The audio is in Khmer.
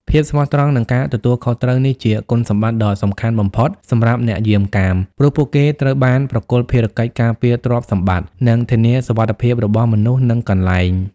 ភាពស្មោះត្រង់ និងការទទួលខុសត្រូវ នេះជាគុណសម្បត្តិដ៏សំខាន់បំផុតសម្រាប់អ្នកយាមកាម ព្រោះពួកគេត្រូវបានប្រគល់ភារកិច្ចការពារទ្រព្យសម្បត្តិ និងធានាសុវត្ថិភាពរបស់មនុស្ស និងកន្លែង។